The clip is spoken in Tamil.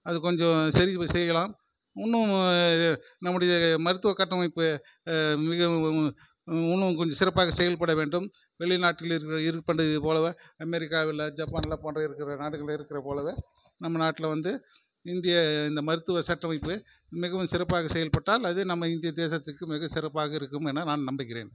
அது கொஞ்சம் சரி செய்யலாம் இன்னும் நம்முடைய மருத்துவ கட்டமைப்பு மிகவும் இன்னும் கொஞ்சம் சிறப்பாக செயல்பட வேண்டும் வெளிநாட்டில் இரு இருப்பதை போலவே அமெரிக்காவில் ஜப்பானில் போன்ற இருக்கிற நாடுகளில் இருக்கிற போலவே நம்ம நாட்டில் வந்து இந்திய இந்த மருத்துவ சட்டமைப்பு மிகவும் சிறப்பாக செயல்பட்டால் அது நம்ம இந்திய தேசத்துக்கு மிக சிறப்பாக இருக்கும் என நான் நம்புகிறேன்